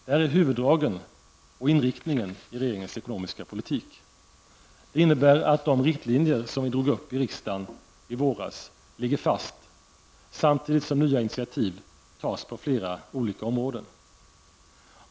Detta är huvuddragen och inriktningen i regeringens ekonomiska politik. Den innebär att de riktlinjer som vi drog upp här i riksdagen i våras ligger fast samtidigt som nya initiativ tas på flera olika områden.